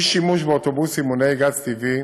אי-שימוש באוטובוסים מונעי גז טבעי